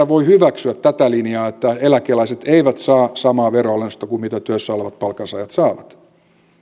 voi hyväksyä tätä linjaa että eläkeläiset eivät saa samaa veronalennusta kuin työssä olevat palkansaajat saavat